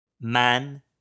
Man